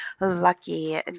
Lucky